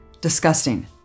disgusting